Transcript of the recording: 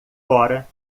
fora